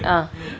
ah